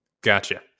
gotcha